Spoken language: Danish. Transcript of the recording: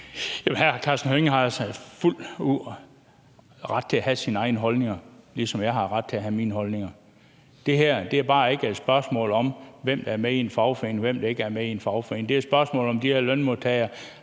Karsten Hønge har fuldt ud ret til at have sine egne holdninger, ligesom jeg har ret til at have mine holdninger. Det her er bare ikke et spørgsmål om, hvem der er med i en fagforening, og hvem der ikke er med i en fagforening. Det er et spørgsmål om, om de her lønmodtagere